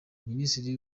minisiteri